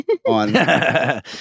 on